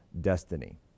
destiny